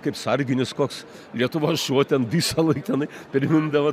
kaip sarginis koks lietuvos šuo ten visąlaik tenai primindavo